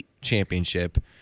championship